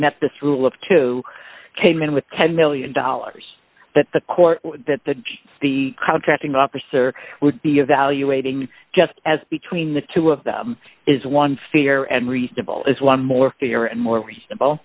met this rule of two came in with ten million dollars that the court that the judge the contracting officer would be evaluating just as between the two of them is one fair and reasonable is one more fair and more